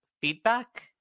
feedback